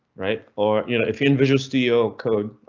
right? or if you're in visual studio code,